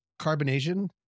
carbonation